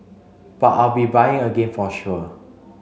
but I'll be buying again for sure